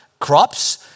crops